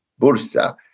Bursa